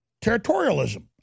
territorialism